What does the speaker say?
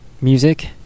music